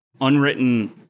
unwritten